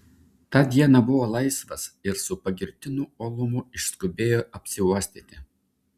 tą dieną buvo laisvas ir su pagirtinu uolumu išskubėjo apsiuostyti